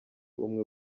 umwe